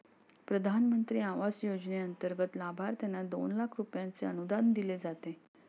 प्रधानमंत्री आवास योजनेंतर्गत लाभार्थ्यांना दोन लाख रुपयांचे अनुदान दिले जाते